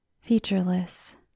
featureless